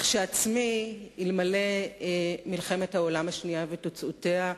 כשלעצמי, אלמלא מלחמת העולם השנייה ותוצאותיה,